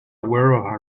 aware